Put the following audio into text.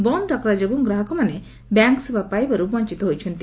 ବନ୍ଦ ଡାକରା ଯୋଗୁଁ ଗ୍ରାହକମାନେ ବ୍ୟାଙ୍କ ସେବା ପାଇବାରୁ ବଞ୍ଚିତ ହୋଇଛନ୍ତି